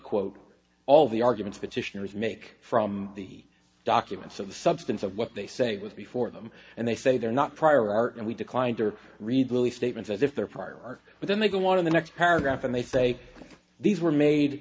quote all the arguments petitioners make from the documents of the substance of what they say was before them and they say they're not prior art and we declined or read the early statements as if their partner but then they go on in the next paragraph and they say these were made